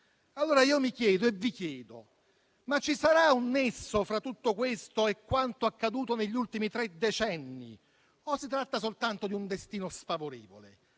allora a me e a voi: ci sarà un nesso fra tutto questo e quanto accaduto negli ultimi tre decenni o si tratta soltanto di un destino sfavorevole?